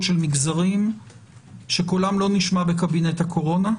של מגזרים שקולם לא נשמע בקבינט הקורונה.